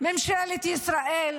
ממשלת ישראל,